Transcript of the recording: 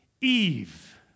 Eve